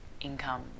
income